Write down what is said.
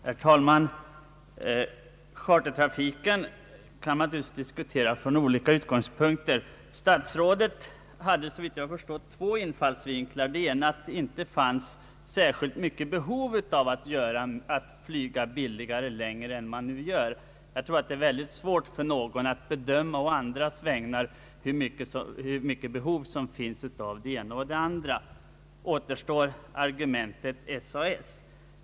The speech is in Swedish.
Herr talman! Chartertrafiken kan naturligtvis diskuteras från olika utgsångspunkter. Herr statsrådet hade såvitt jag förstår två infallsvinklar — den ena att det inte fanns särskilt stort behov av att flyga billigare på längre sträckor än man nu gör. Det är naturligtvis alltid svårt för någon att å andras vägnar bedöma hur stort behov som finns av det ena och det andra. Den andra avser SAS.